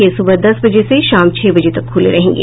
ये सुबह दस बजे से शाम छह बजे तक खुले रहेंगे